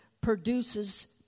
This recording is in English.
produces